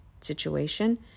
situation